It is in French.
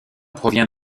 provient